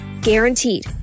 Guaranteed